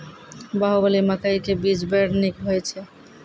बाहुबली मकई के बीज बैर निक होई छै